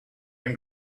and